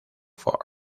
fort